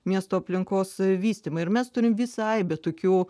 miesto aplinkos vystymą ir mes turim visą aibę tokių